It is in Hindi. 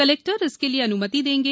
कलेक्टर इसके लिए अन्मति देंगे